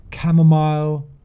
chamomile